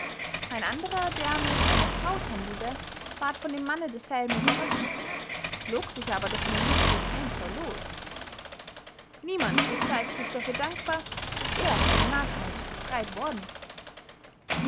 ein anderer der mit einer frau tändelte ward von dem manne derselben überrascht log sich aber durch einen listigen einfall los niemand bezeigt sich dafür dankbar daß er von der narrheit befreit worden